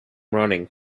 running